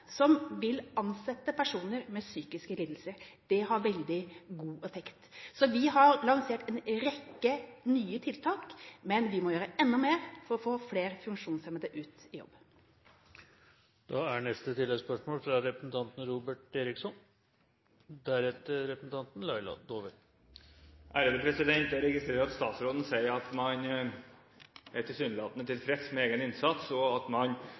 som vil ansette personer med psykiske lidelser. Det har veldig god effekt. Så vi har lansert en rekke nye tiltak, men vi må gjøre enda mer for å få flere funksjonshemmede ut i jobb. Robert Eriksson – til oppfølgingsspørsmål. Jeg registrerer at statsråden tilsynelatende er tilfreds med egen innsats, og sier at man skal gjøre mer av det som virker. Det er